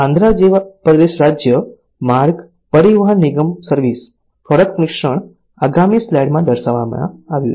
આન્દ્રા પ્રદેશ રાજ્ય માર્ગ પરિવહન નિગમનું સર્વિસ પ્રોડક્ટ મિશ્રણ આગામી સ્લાઇડમાં દર્શાવવામાં આવ્યું છે